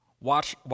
watch